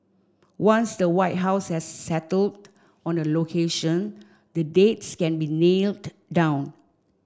once the White House has settled on a location the dates can be nailed down